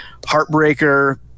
heartbreaker